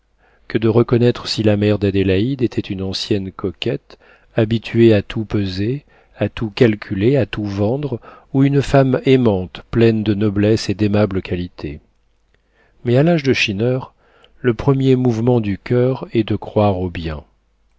que de reconnaître si la mère d'adélaïde était une ancienne coquette habituée à tout peser à tout calculer à tout vendre ou une femme aimante pleine de noblesse et d'aimables qualités mais à l'âge de schinner le premier mouvement du coeur est de croire au bien